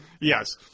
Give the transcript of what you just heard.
Yes